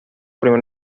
primer